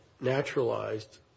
naturalized